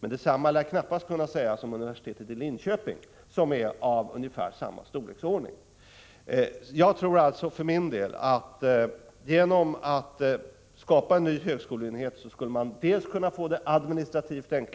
Men detsamma lär knappast kunna sägas om universitetet i Linköping, som är av ungefär samma storlek. Genom att skapa en ny högskoleenhet tror jag att man dels kan förenkla administrationen,